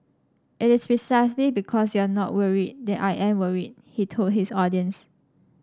it is precisely because you are not worried that I am worried he told his audience